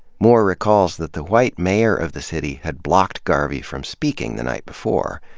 moore recalls that the white mayor of the city had blocked garvey from speaking the night before,